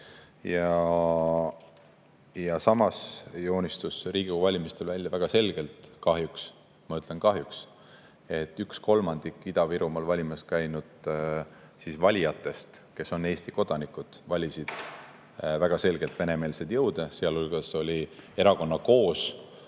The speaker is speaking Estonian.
Samas joonistus Riigikogu valimistel välja väga selgelt kahjuks – ma ütlen, et kahjuks – see, et üks kolmandik Ida-Virumaal valimas käinud valijatest, kes on Eesti kodanikud, valisid väga selgelt venemeelseid jõude, teiste hulgas ühte erakonna Koos